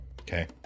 Okay